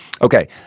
Okay